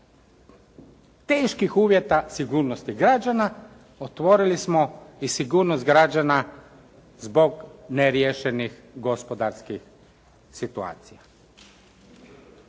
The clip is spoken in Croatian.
teških uvjeta sigurnosti građana, otvorili smo i sigurnost građana zbog neriješenih gospodarskih situacija.